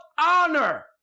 honor